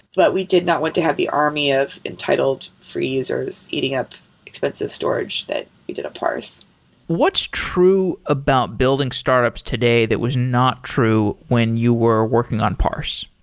but we did not want to have the army of entitled freezers eating up expensive storage that we did a parse. sorry what's true about building startups today that was not true when you were working on parse?